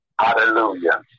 Hallelujah